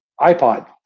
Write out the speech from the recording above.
iPod